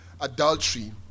adultery